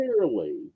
clearly